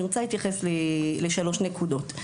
אני רוצה להתייחס לשלוש נקודות.